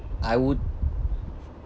I would